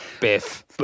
Biff